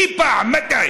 אי פעם, מתי?